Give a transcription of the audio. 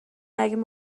نگیم